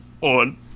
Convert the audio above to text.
on